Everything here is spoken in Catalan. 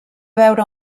veure